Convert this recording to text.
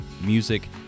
music